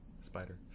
spider